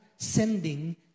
Sending